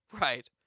Right